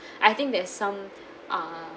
I think that's some uh